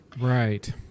Right